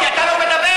כי אתה לא מדווח.